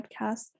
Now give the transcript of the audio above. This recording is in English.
podcast